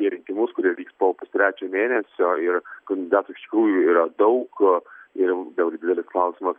į rinkimus kurie vyks po pustrečio mėnesio ir kandidatų iš tikrųjų yra daug ir vėgi didelis klausimas